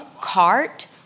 cart